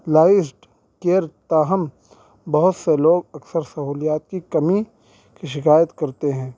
لائزڈ care تاہم بہت سے لوگ اکثر سہولیات کی کمی کی شکایت کرتے ہیں